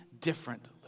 differently